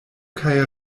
kaj